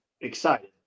excited